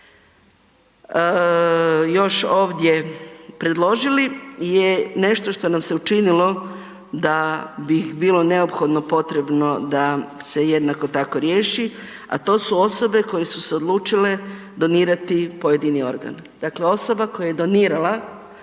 još ovdje predložili je nešto što nam se učinilo da bi bilo neophodno potrebno da se jednako tako riješi, a to su osobe koje su se odlučile donirati pojedini organ. Dakle osoba koja je donirala